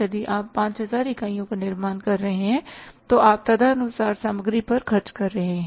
यदि आप 5000 इकाइयों का निर्माण कर रहे हैं तो आप तदनुसार सामग्री पर खर्च कर रहे हैं